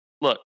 look